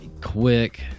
quick